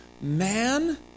man